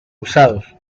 usados